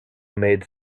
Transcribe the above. made